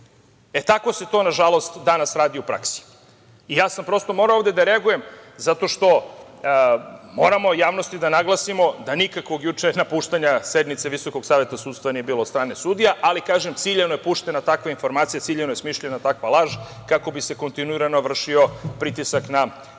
tako se to, nažalost, danas radi u praksi. Ja sam prosto morao ovde da reagujem zato što moramo javnosti da naglasimo da nikakvog napuštanja sednice VSS nije bilo od strane sudija, ali, kažem, ciljano je puštena takva informacija, ciljano je smišljena takva laž kako bi se kontinuirano vršio pritisak na